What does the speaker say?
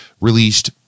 released